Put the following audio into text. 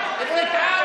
יחד,